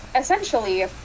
essentially